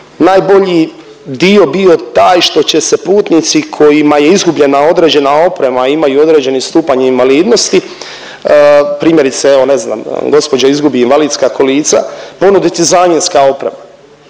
najbolji dio bio taj što će se putnici kojima je izgubljena određena oprema, a imaju određeni stupanj invalidnosti primjerice evo ne znam gospođa izgubi invalidska kolica ponuditi zamjenska oprema.